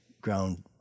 ground